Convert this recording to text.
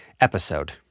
episode